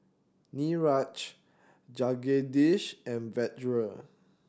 Niraj Jagadish and Vedre